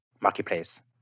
marketplace